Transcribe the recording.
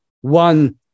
one